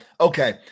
Okay